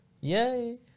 yay